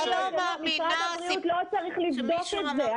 משרד הבריאות לא צריך לבדוק את זה.